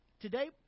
Today